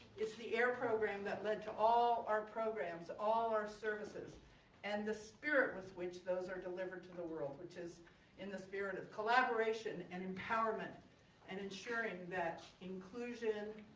it's the air program that led to all our programs, all our services and the spirit which those are delivered to the world which is in the spirit of collaboration and empowerment and ensuring that inclusion,